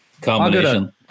combination